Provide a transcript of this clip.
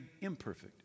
imperfect